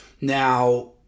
Now